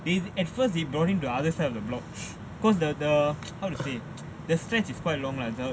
they at first they brought him to other side of the block because the the how to say the stretch is quite long lah